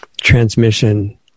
transmission